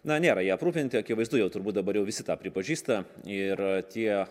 na nėra jie aprūpinti akivaizdu jau turbūt dabar jau visi tą pripažįsta ir tie